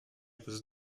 bez